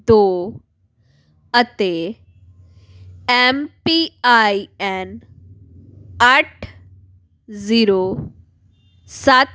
ਦੋ ਅਤੇ M P I N ਅੱਠ ਜ਼ੀਰੋ ਸੱਤ